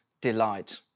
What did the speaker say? delight